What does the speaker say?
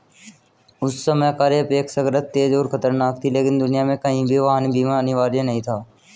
उस समय कारें अपेक्षाकृत तेज और खतरनाक थीं, लेकिन दुनिया में कहीं भी वाहन बीमा अनिवार्य नहीं था